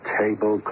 table